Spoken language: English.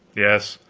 yes,